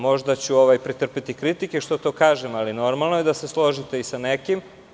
Možda ću pretrpeti kritike što to kažem, ali normalno je da se slože i sa nekim.